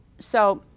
so,